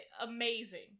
amazing